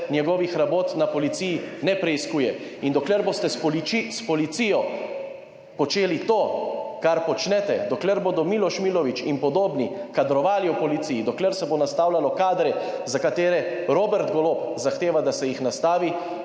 njegovih rabot na policiji ne preiskuje. In dokler boste s policijo počeli to, kar počnete, dokler bodo Miloš Milović in podobni kadrovali v policiji, dokler se bo nastavljalo kadre za katere Robert Golob zahteva, da se jih nastavi,